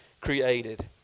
created